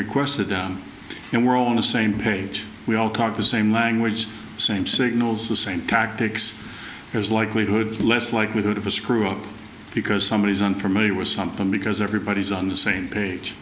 requested down and were on the same page we all talk the same language same signals the same tactics there's likelihood less likelihood of a screw up because somebody is on from it was something because everybody's on the same page